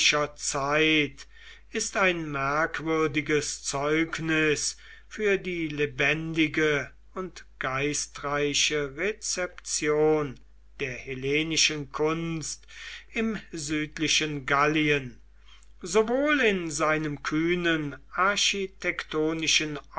zeit ist ein merkwürdiges zeugnis für die lebendige und geistreiche rezeption der hellenischen kunst im südlichen gallien sowohl in seinem kühnen architektonischen